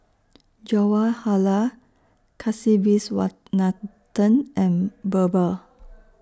Jawaharlal Kasiviswanathan and Birbal